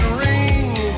ring